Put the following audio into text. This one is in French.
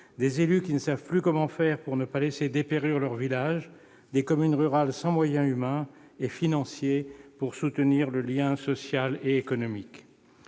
des élus qui ne savent plus comment faire pour ne pas laisser dépérir leurs villages ; des communes rurales sans moyens humains et financiers pour soutenir le lien social et économique.